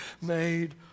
made